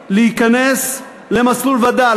פינוי-בינוי להיכנס למסלול וד"ל.